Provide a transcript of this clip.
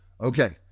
Okay